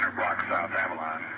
block south avalon.